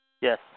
Yes